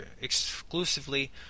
exclusively